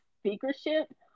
speakership